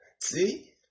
See